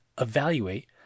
evaluate